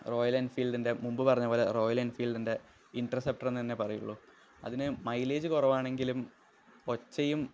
Royal എന്ഫീല്ഡിന്റെ മുമ്പ് പറഞ്ഞപോലെ റോയല് എന്ഫീല്ഡിന്റെ ഇൻറ്റർസെപ്റ്റര്ന്നെന്ന്യേ പറയുള്ളൂ അതിന് മൈലേജ് കുറവാണെങ്കിലും ഒച്ചയും